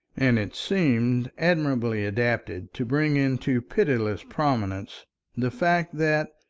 and it seemed admirably adapted to bring into pitiless prominence the fact that,